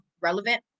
relevant